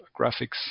graphics